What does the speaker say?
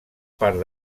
part